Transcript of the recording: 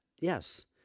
Yes